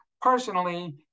personally